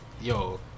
yo